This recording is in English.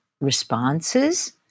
responses